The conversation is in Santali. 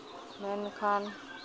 ᱢᱮᱱᱠᱷᱟᱱ